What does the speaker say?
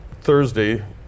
Thursday